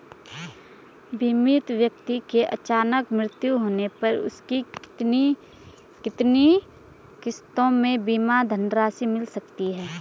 बीमित व्यक्ति के अचानक मृत्यु होने पर उसकी कितनी किश्तों में बीमा धनराशि मिल सकती है?